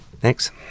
Thanks